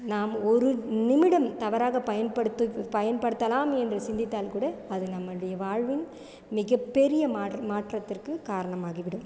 நாம் ஒரு நிமிடம் தவறாக பயன்படுத்தக் பயன்படுத்தலாம் என்று சிந்தித்தால் கூட அது நம்மளுடைய வாழ்வின் மிகப் பெரிய மாற்ற மாற்றத்திற்கு காரணமாகிவிடும்